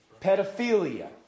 pedophilia